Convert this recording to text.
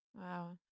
Wow